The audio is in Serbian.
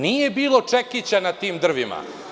Nije bilo čekića na tim drvima.